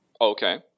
Okay